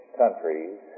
countries